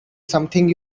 something